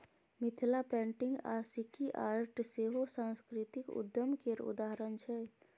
Mithila painting आ सिक्की art सेहो सास्कृतिक उद्यम केर उदाहरण छै